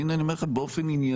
והינה אני אומר לכם באופן ענייני,